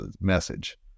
message